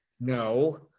No